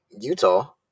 Utah